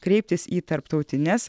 kreiptis į tarptautines